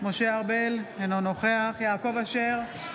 משה ארבל, אינו נוכח יעקב אשר,